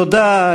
תודה.